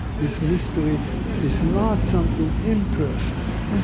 this mystery is not something impersonal